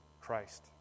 Christ